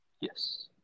yes